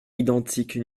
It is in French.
identiques